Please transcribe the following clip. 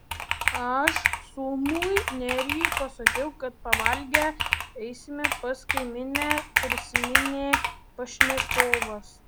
aš sūnui nerijui pasakiau kad pavalgę eisime pas kaimynę prisiminė pašnekovas